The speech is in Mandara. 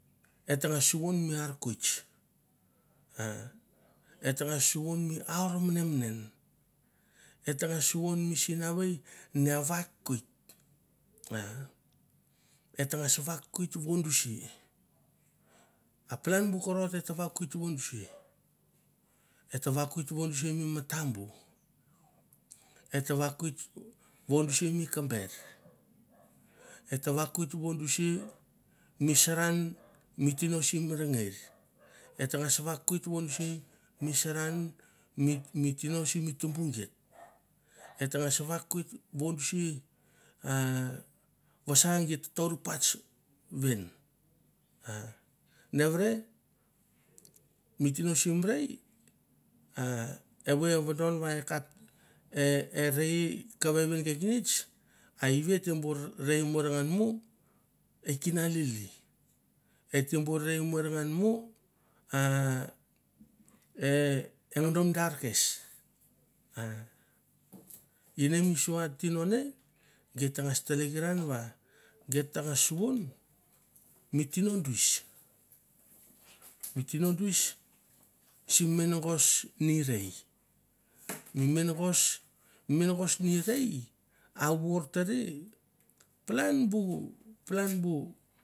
E tangas suvon mi ar kwis ah et tangas suvon mi ar menemenen, et tangas suvon mi sinavei na vakoit ah et tangas vokoit vondisi, a palan bu korot et vakoit vodisia, et ta vokoit vondisi mi matambu, et ta vakoit vodisia mi kamber, et ta vakoit vondisia mi saran mi tino simi tumbu geit, et tangas vakoit vondisia a vasa git ta tor pats ven, ah nevere mi tino sim rei a evoi e vodon va e kap e rei ka vevin kekenets a ive e te bor rei morngan mo e kina lili, et te bor rei morngan mo a e eng do mi dar kes, ah ine mi sua tino ne geit tangas tlekeran va geit tangas suvon mi tino menagas mi menagas ni rei a vor tere palan bu, palan bu.